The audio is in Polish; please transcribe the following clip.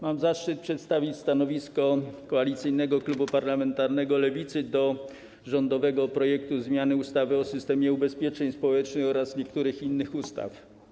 Mam zaszczyt przedstawić stanowisko Koalicyjnego Klubu Parlamentarnego Lewicy wobec rządowego projektu ustawy o zmianie ustawy o systemie ubezpieczeń społecznych oraz niektórych innych ustaw.